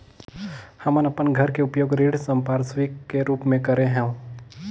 हमन अपन घर के उपयोग ऋण संपार्श्विक के रूप म करे हों